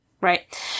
Right